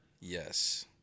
yes